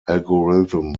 algorithm